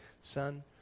son